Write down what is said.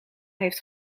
heeft